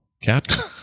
captain